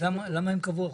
למה הם קבעו 1.5%?